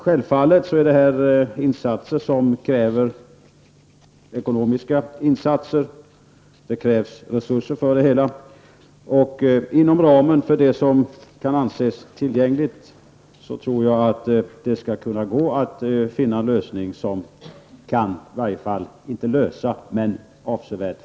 Självfallet krävs ekonomiska insatser. Inom ramen för vad som kan anses tillgängligt tror jag att det skall kunna gå att finna en lösning som i varje fall kan förbättra situationen avsevärt.